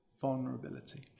vulnerability